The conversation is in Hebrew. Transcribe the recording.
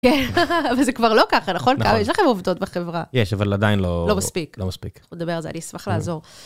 כן, אבל זה כבר לא ככה, נכון? יש לכם עובדות בחברה. יש, אבל עדיין לא... לא מספיק, לא מספיק. עוד נדבר על זה, אני אשמח לעזור.